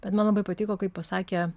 bet man labai patiko kaip pasakė